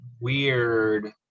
weird